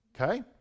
Okay